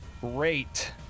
Great